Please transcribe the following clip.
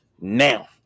now